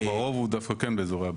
הרוב הוא דווקא כן באזורי הביקוש.